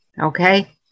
okay